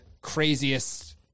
craziest